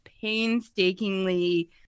painstakingly